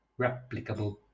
replicable